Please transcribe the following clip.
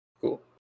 Cool